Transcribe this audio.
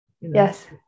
Yes